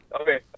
Okay